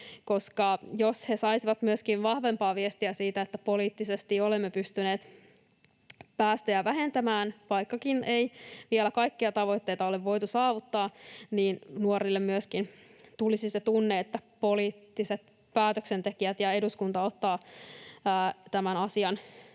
koska jos he saisivat vahvempaa viestiä siitä, että poliittisesti olemme pystyneet päästöjä vähentämään, vaikkakaan ei vielä kaikkia tavoitteita ole voitu saavuttaa, niin nuorille myöskin tulisi se tunne, että poliittiset päätöksentekijät ja eduskunta ottavat tämän asian